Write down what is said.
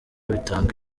bitanga